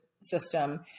system